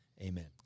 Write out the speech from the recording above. amen